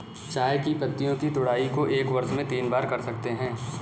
चाय की पत्तियों की तुड़ाई को एक वर्ष में तीन बार कर सकते है